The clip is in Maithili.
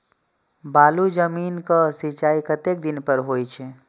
बालू जमीन क सीचाई कतेक दिन पर हो छे?